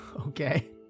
Okay